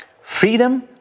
freedom